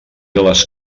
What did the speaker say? les